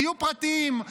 תהיו פרטיים.